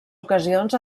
ocasions